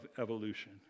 evolution